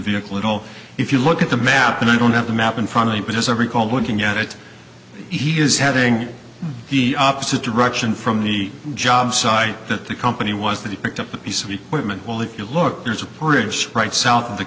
vehicle at all if you look at the map and i don't have a map and funny but as i recall looking at it he is having the opposite direction from the job site that the company was that he picked up a piece of equipment well if you look there's a bridge right south of the